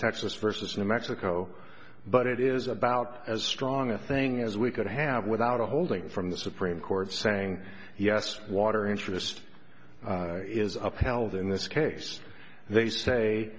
texas versus new mexico but it is about as strong a thing as we could have without a holding from the supreme court saying yes water interest is upheld in this case they say